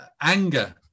anger